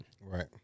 right